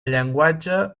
llenguatge